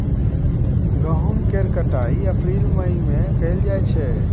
गहुम केर कटाई अप्रील मई में कएल जाइ छै